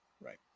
Right